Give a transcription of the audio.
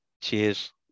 Cheers